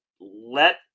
let